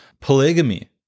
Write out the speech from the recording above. polygamy